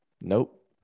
Nope